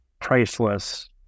priceless